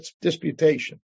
disputation